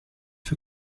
für